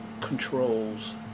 ...controls